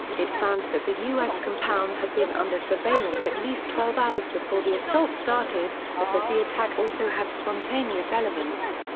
it found that the us compound had been under surveillance at least twelve hours before the assault started, but that the attack also had spontaneous elements.